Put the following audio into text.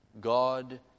God